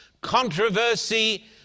controversy